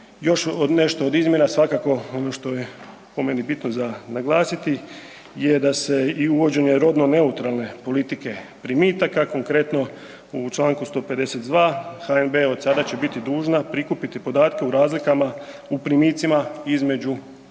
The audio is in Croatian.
Još nešto od izmjena svakako ono što je po meni bitno za naglasiti je da se i uvođenje rodno neutralne politike primitaka, konkretno u čl. 152. HNB od sada biti dužna prikupiti podatke u razlikama u primicima između